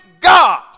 God